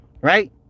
Right